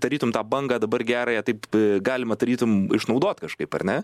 tarytum tą bangą dabar gerąją taip galima tarytum išnaudot kažkaip ar ne